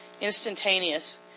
instantaneous